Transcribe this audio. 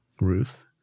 Ruth